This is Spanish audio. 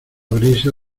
brisa